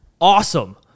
awesome